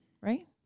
right